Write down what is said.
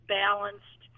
balanced